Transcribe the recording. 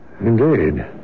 Indeed